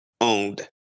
owned